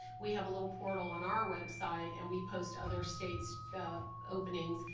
we have a little portal on our website and we post other states' openings.